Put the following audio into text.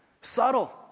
Subtle